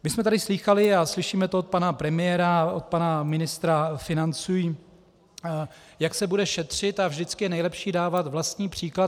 My jsme tady slýchali a slyšíme to od pana premiéra, od pana ministra financí, jak se bude šetřit, a vždycky je nejlepší dávat vlastní příklad.